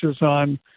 on